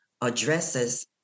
addresses